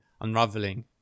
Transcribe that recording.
unraveling